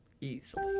Easily